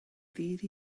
ddydd